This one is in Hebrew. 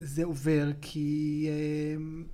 זה עובר כי...